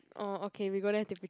oh okay we go there to take picture